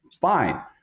Fine